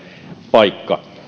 paikka